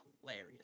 hilarious